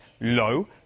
low